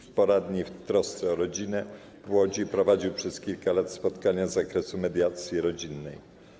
W poradni „W trosce o rodzinę” w Łodzi prowadził przez kilka lat spotkania z zakresu mediacji rodzinnej.